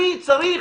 אני צריך